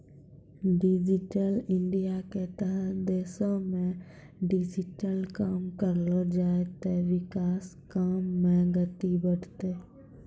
digital इंडियाके तहत देशमे डिजिटली काम करलो जाय ते विकास काम मे गति बढ़तै